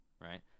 right